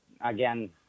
again